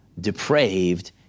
depraved